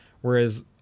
Whereas